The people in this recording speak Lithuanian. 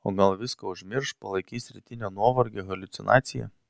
o gal viską užmirš palaikys rytinio nuovargio haliucinacija